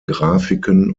grafiken